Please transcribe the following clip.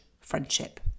friendship